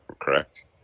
correct